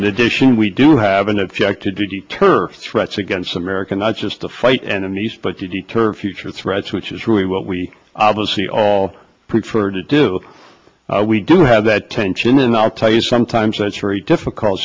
addition we do have an objective to deter threats against america not just to fight and in the east but to deter future threats which is really what we obviously all prefer to do we do have that tension and i'll tell you sometimes that's very difficult